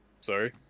Sorry